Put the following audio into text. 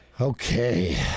Okay